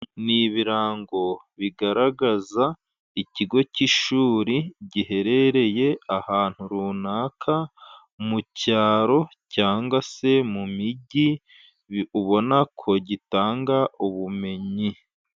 Ni ibirango bigaragaza ikigo cy'ishuri giherereye ahantu runaka mu cyaro cyangwa se mu mijyi, ubona ko gitanga ubumenyi.